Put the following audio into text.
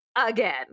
again